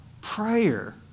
prayer